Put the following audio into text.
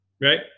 Right